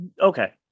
Okay